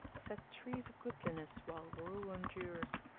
set trees of goodliness while rule endures,